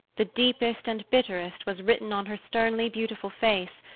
the deepest and bitterest, was written on her sternly beautiful face,